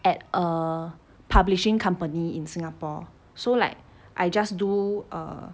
at a publishing company in singapore so like I just do err